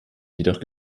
jedoch